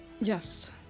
Yes